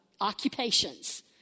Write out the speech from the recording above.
occupations